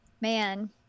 man